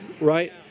Right